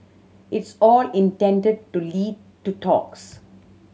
it's all intended to lead to talks